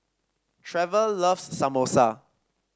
Trever loves Samosa